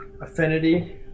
affinity